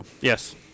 Yes